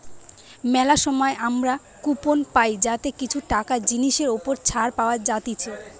মেলা সময় আমরা কুপন পাই যাতে কিছু টাকা জিনিসের ওপর ছাড় পাওয়া যাতিছে